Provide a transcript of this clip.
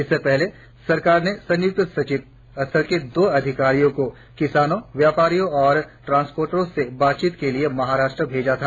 इससे पहले सरकार ने संयुक्त सचिव स्तर के दो अधिकारियों को किसानों व्यापारियों और ट्रांसपोर्टरों से बातचीत के लिए महाराष्ट्र भेजा था